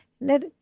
Let